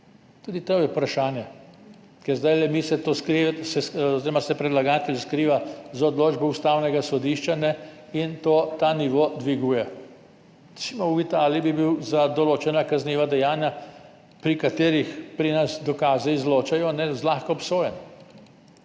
Tudi to je vprašanje. Ker zdajle se predlagatelj skriva za odločbo Ustavnega sodišča in to ta nivo dviguje. Recimo v Italiji bi bil za določena kazniva dejanja, pri katerih pri nas dokaze izločajo, zlahka obsojen.